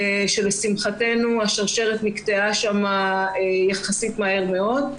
שלשמחתנו השרשרת שם נקטעה מהר מאוד יחסית,